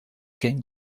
game